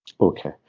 Okay